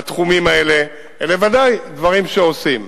בתחומים האלה, אלה ודאי דברים שעושים.